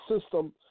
system